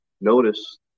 notice